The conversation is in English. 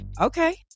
okay